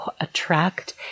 attract